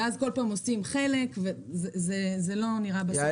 כל פעם עושים חלק וזה לא נראה -- יעל,